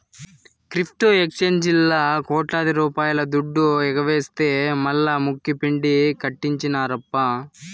crypto ఎక్సేంజీల్లా కోట్లాది రూపాయల దుడ్డు ఎగవేస్తె మల్లా ముక్కుపిండి కట్టించినార్ప